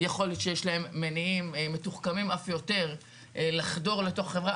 יכול להיות שיש להם מניעים מתוחכמים אף יותר לחדור לתוך החברה,